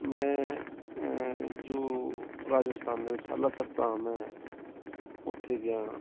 ਮੈਂ ਜੋ ਰਾਜਸਥਾਨ ਦੇ ਵਿੱਚ ਸਾਹਲਾ ਸਰਥਾਮ ਹੈ ਉੱਥੇ ਗਿਆ